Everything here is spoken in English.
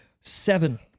Seven